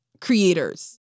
creators